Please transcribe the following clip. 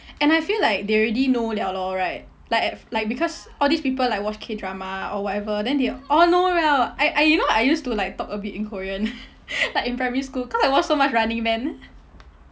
and I feel like they already know liao lor right like at f~ like because all these people like watch K drama or whatever then they all know liao I I you know I used to like talk a bit in korean like in primary school cause I watch so much running man